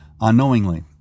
unknowingly